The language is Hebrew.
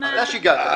אתה שיגעת.